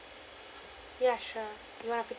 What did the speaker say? ya sure you want to pick